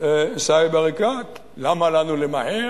סאיב עריקאת, למה לנו למהר?